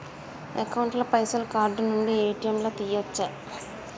Account ల పైసల్ card నుండి ఏ.టి.ఎమ్ లా తియ్యచ్చా?